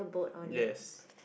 yes